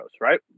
right